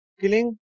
killing